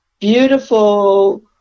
beautiful